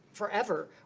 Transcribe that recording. forever.